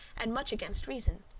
and much against reason.